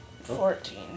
Fourteen